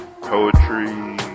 poetry